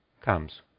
comes